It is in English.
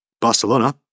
Barcelona